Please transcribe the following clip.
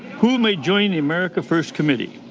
who may join the america first committee?